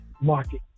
market